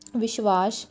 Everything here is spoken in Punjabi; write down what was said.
ਵਿਸ਼ਵਾਸ